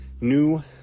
new